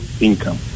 income